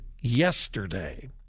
yesterday